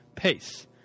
pace